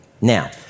Now